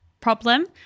problem